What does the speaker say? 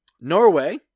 norway